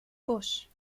busch